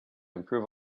improve